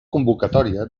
convocatòria